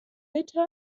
bitten